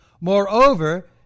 Moreover